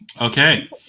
Okay